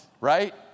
right